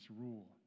rule